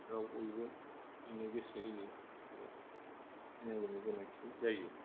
बयबो फैनो गोसो होयो एबा फैनांगौनि गोनांथि जायो